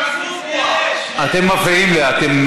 אתם מפריעים לי.